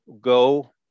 Go